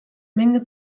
menge